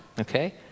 okay